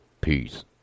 Peace